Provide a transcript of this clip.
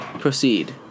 Proceed